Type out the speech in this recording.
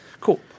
Cool